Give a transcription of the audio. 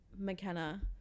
McKenna